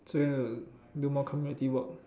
so you want to do more community work